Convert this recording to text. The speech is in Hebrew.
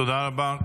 תודה רבה.